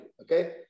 Okay